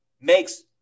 makes –